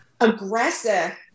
aggressive